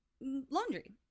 laundry